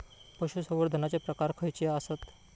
पशुसंवर्धनाचे प्रकार खयचे आसत?